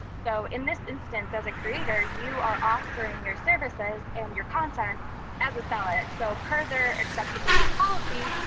so in this instance, as a creator you are offering your services and your content as a seller. so per their acceptable use policy,